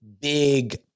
big